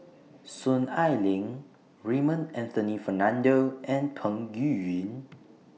Soon Ai Ling Raymond Anthony Fernando and Peng Yuyun